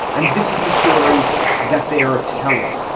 and this is the story that they are telling.